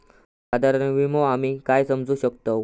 साधारण विमो आम्ही काय समजू शकतव?